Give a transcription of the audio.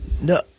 No